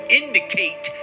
indicate